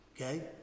Okay